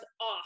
off